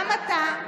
גם אתה,